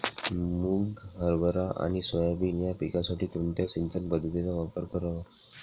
मुग, हरभरा आणि सोयाबीन या पिकासाठी कोणत्या सिंचन पद्धतीचा वापर करावा?